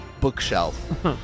bookshelf